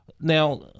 Now